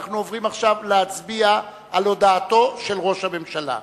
אנחנו עוברים להצביע על הודעתו של ראש הממשלה.